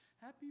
Happy